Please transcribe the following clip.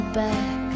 back